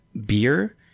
beer